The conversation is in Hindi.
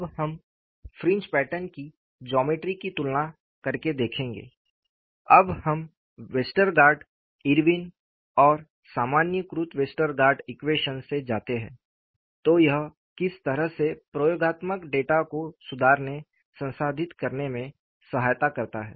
अब हम फ्रिंज पैटर्न की जोमेट्री की तुलना करके देखेंगे जब हम वेस्टरगार्ड इरविन और सामान्यीकृत वेस्टरगार्ड ईक्वेशन से जाते हैं तो यह किस तरह से प्रयोगात्मक डेटा को सुधारने संसाधित करने में सहायता करता है